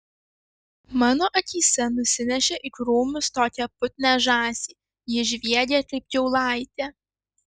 mano akyse nusinešė į krūmus tokią putnią žąsį ji žviegė kaip kiaulaitė